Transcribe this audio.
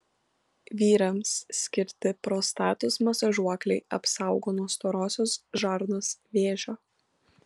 vyrams skirti prostatos masažuokliai apsaugo nuo storosios žarnos vėžio